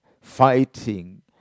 fighting